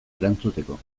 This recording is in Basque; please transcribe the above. erantzuteko